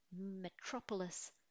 metropolis